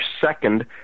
second